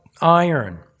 iron